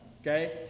Okay